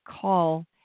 call